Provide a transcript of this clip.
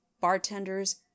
bartenders